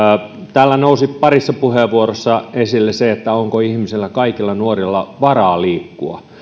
täällä nousi parissa puheenvuorossa esille se onko ihmisillä kaikilla nuorilla varaa liikkua